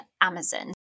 Amazon